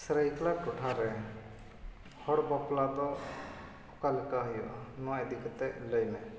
ᱥᱟᱨᱟᱭᱠᱮᱞᱟ ᱴᱚᱴᱷᱟᱨᱮ ᱦᱚᱲ ᱵᱟᱯᱞᱟᱫᱚ ᱚᱠᱟ ᱞᱮᱠᱟ ᱦᱩᱭᱩᱜᱼᱟ ᱱᱚᱣᱟ ᱤᱫᱤ ᱠᱟᱛᱮᱫ ᱞᱟᱹᱭᱢᱮ